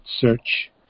search